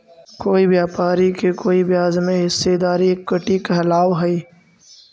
कोई व्यापारी के कोई ब्याज में हिस्सेदारी इक्विटी कहलाव हई